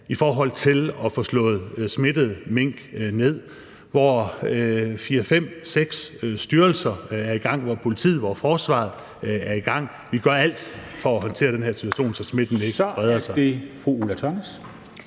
i forhold til at få slået smittede mink ned, at 4, 5, 6 styrelser er i gang, og at politiet og forsvaret er i gang. Vi gør alt for at håndtere den her situation, så smitten ikke spreder sig.